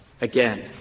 Again